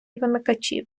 вимикачів